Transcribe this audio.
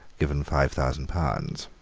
given five thousand pounds.